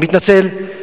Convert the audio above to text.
אני מתנצל,